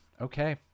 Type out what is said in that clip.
Okay